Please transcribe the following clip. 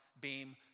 beam